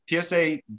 psa